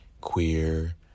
queer